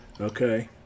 Okay